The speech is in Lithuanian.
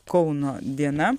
kauno diena